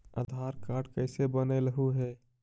आधार card कईसे बनैलहु हे?